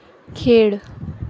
खेळ